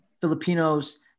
Filipinos